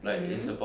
hmm